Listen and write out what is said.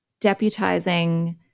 deputizing